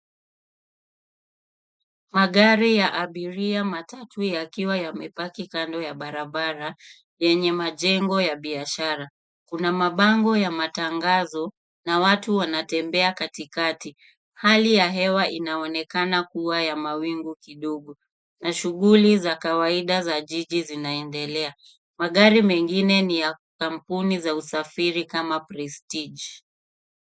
Magari ya abiria, matatu yakiwa yamepaki kando ya barabara yenye majengo ya biashara. Kuna mabango ya matangazo na watu wanatembea katikati. Hali ya hewa inaonekana kuwa ya mawingu kidogo na shughuli za kawaida za jiji zinaendelea. Magari mengine ni ya kampuni za usafiri kama Prestige.